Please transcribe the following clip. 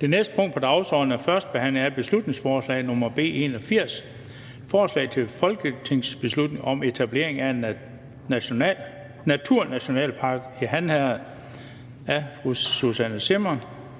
Det næste punkt på dagsordenen er: 44) 1. behandling af beslutningsforslag nr. B 81: Forslag til folketingsbeslutning om etablering af en naturnationalpark i Han Herred. Af Susanne Zimmer